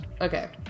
Okay